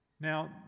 Now